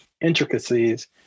intricacies